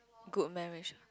good marriage